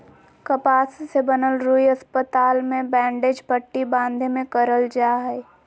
कपास से बनल रुई अस्पताल मे बैंडेज पट्टी बाँधे मे करल जा हय